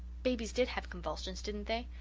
babies did have convulsions, didn't they?